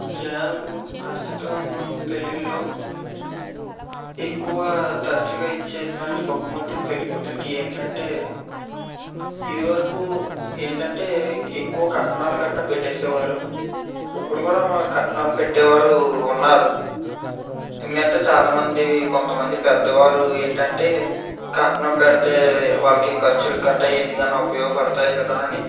జనాలు ప్రస్తుతం పెళ్ళిళ్ళలో ఎక్కువగా తరచుగా ఇచ్చేటువంటి బహుమతులు పెళ్ళికూతురికి ఏంటంటే ఇది వరకు ఏంటంటే ఎక్కువ కట్నాలు కట్టా పెట్టేసేవారు ఇప్పుడు కూడా కట్నాలు పెట్టేవారు ఉన్నారు ఏంటంటే చాలా మంది కొంత మంది పెద్దవారు ఏంటంటే కట్నం పెడితే వాళ్ళకి ఖర్చులు కట్ట ఎందుకైనా ఉపయోగపడతాయి కదా అని